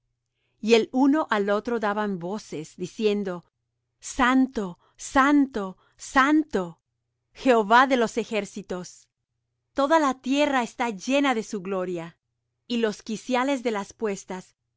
y el uno al otro daba voces diciendo santo santo santo jehová de los ejércitos toda la tierra está llena de su gloria y los quiciales de las puestas